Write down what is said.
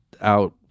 out